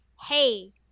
Hey